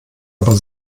aber